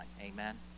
Amen